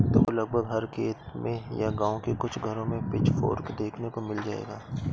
तुमको लगभग हर खेत में या गाँव के कुछ घरों में पिचफोर्क देखने को मिल जाएगा